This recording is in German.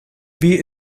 wie